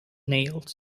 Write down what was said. nails